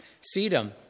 sedum